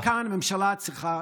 גם כאן הממשלה צריכה